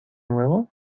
nuevo